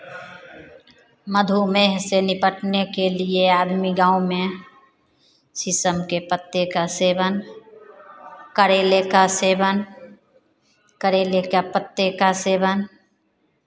मधुमेह से निपटने के लिए आदमी गाँव में शीशम के पत्ते का सेवन करेले का सेवन करेले का पत्ते का सेवन